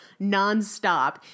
nonstop